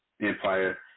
Empire